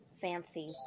fancy